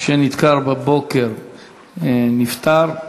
שנדקר בבוקר נפטר,